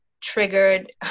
triggered